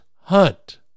hunt